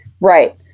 right